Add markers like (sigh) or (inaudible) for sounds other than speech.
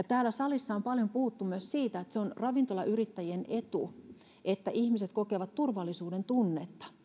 (unintelligible) täällä salissa on paljon puhuttu myös siitä että on ravintolayrittäjien etu että ihmiset kokevat turvallisuudentunnetta